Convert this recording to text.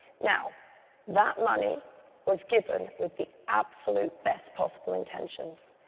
now that money was given with the absolute best possible intentions,